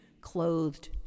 clothed